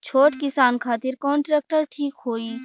छोट किसान खातिर कवन ट्रेक्टर ठीक होई?